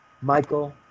Michael